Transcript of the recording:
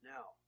Now